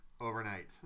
overnight